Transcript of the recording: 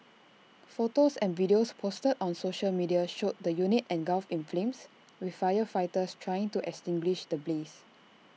photos and videos posted on social media showed the unit engulfed in flames with firefighters trying to extinguish the blaze